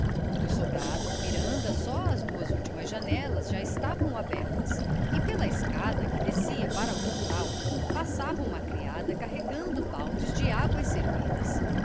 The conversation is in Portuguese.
do sobrado do miranda só as duas últimas janelas já estavam abertas e pela escada que descia para o quintal passava uma criada carregando baldes de águas servidas